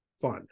fun